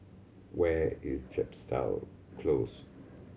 where is Chepstow Close